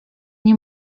nie